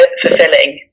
fulfilling